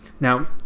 Now